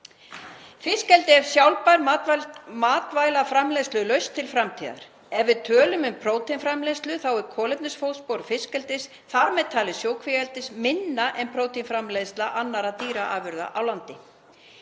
Fiskeldi er sjálfbær matvælaframleiðslulausn til framtíðar. Ef við tölum um próteinframleiðslu er kolefnisfótspor fiskeldis, þar með talið sjókvíaeldis, minna en próteinframleiðsla annarra dýraafurða á landi.